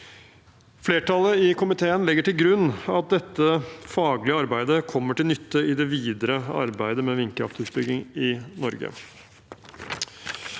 Flertallet i komiteen legger til grunn at dette faglige arbeidet kommer til nytte i det videre arbeidet med vindkraftutbygging i Norge.